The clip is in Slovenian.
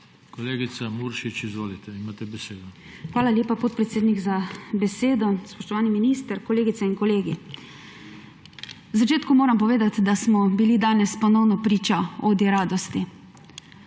Kolegica Muršič, izvolite, imate besedo. MAG. BOJANA MURŠIČ (PS SD): Hvala lepa, podpredsednik, za besedo. Spoštovani minister, kolegice in kolegi! Na začetku moram povedati, da smo bili danes ponovno priča odi radosti.